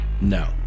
No